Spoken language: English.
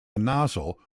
nozzle